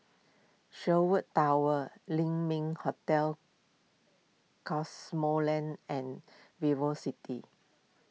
Sherwood Towers Ling Ming Hotel Cosmoland and Vivo City